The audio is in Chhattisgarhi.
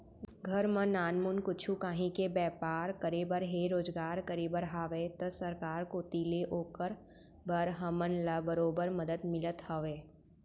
घर म नानमुन कुछु काहीं के बैपार करे बर हे रोजगार करे बर हावय त सरकार कोती ले ओकर बर हमन ल बरोबर मदद मिलत हवय